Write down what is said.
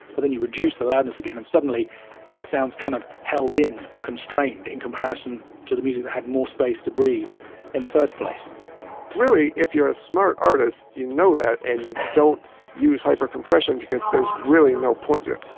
but then you reduce the loudness again and suddenly it sounds kind of held in and constrained in comparison to the music that had more space to breathe in the first place really, if you're a smart artist you know that and you don't use hypercompression because there's really no point to it